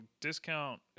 discount